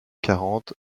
quarante